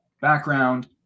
background